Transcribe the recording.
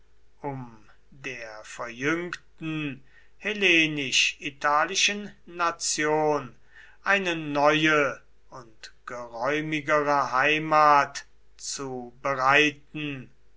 um der verjüngten hellenisch italischen nation eine neue und geräumigere heimat zu bereiten